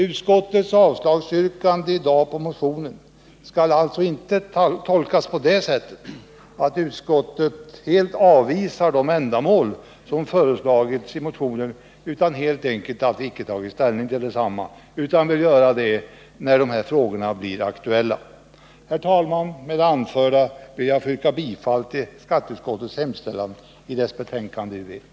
Utskottets avslagsyrkande i dag skall alltså inte tolkas på det sättet att utskottet ställer sig helt avvisande till de ändamål som föreslagits i motionen. Utskottet har helt enkelt inte tagit ställning nu utan vill göra detta när frågorna blir aktuella. Herr talman! Med det anförda ber jag att få yrka bifall till skatteutskottets hemställan i dess betänkande U:1.